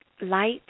light